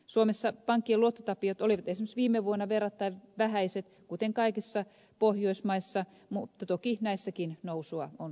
suomessa pankkien luottotappiot olivat esimerkiksi viime vuonna verrattain vähäiset kuten kaikissa pohjoismaissa mutta toki näissäkin nousua on tapahtumassa